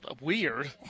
weird